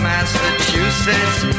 Massachusetts